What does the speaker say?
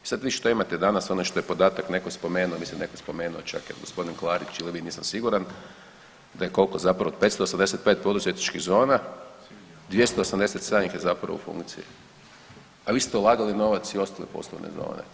I sada vi šta imate danas onaj što je podatak neko spomenuo mislim da je neko spomenuo čak je g. Klarić ili vi nisam siguran, da je koliko zapravo 585 poduzetničkih zona 287 ih je zapravo u funkciji, a vi ste ulagali novac i u ostale poslovne zone.